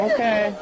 Okay